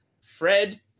Fred